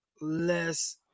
less